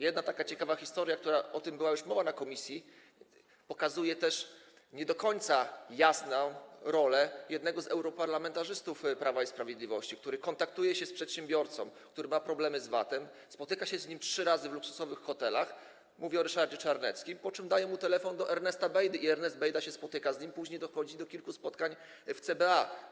Jedna ciekawa historia, o czym była już mowa w komisji, pokazuje też nie do końca jasną rolę jednego z europarlamentarzystów Prawa i Sprawiedliwości, który kontaktuje się z przedsiębiorcą, który ma problemy z VAT-em, spotyka się z nim trzy razy w luksusowych hotelach - mówię o Ryszardzie Czarneckim - po czym daje mu telefon do Ernesta Bejdy, Ernest Bejda się z nim spotyka, później dochodzi do kilku spotkań w CBA.